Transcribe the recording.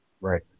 Right